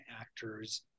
actors